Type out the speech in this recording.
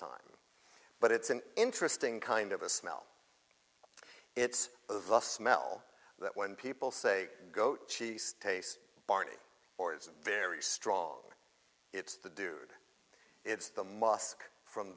time but it's an interesting kind of a smell it's of the smell that when people say goat cheese tastes barney or it's very strong it's the dude it's the mosque from